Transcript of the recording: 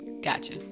Gotcha